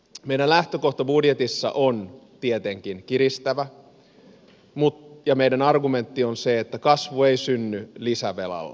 meidän lähtökohtamme budjetissa on tietenkin kiristävä ja meidän argumenttimme on se että kasvu ei synny lisävelalla